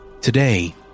Today